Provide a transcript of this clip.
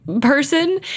person